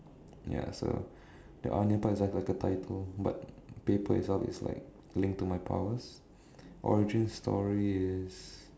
ya so the onion part is just like a title but paper itself is like linked to my powers origin story is